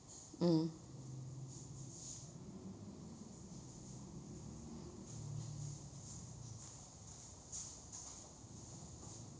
mm